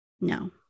no